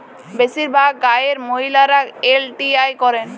বেশিরভাগ গাঁয়ের মহিলারা এল.টি.আই করেন